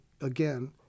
again